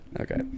okay